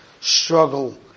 struggle